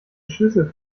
schlüssel